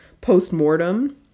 post-mortem